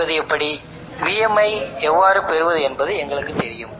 இப்போது நீங்கள் Im ஐ எவ்வாறு பெறுவீர்கள்